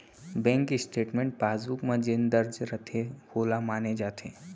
bank statement passbook म जेन दर्ज रथे वोला माने जाथे